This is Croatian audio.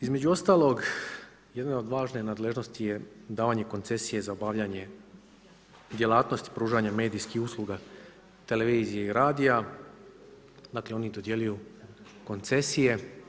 Između ostalog jedna od važne nadležnosti je davanje koncesije za obavljanje djelatnosti pružanja medijskih usluga, televizije i radija, dakle oni dodjeljuju koncesije.